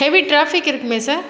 heavy traffic இருக்குமே sir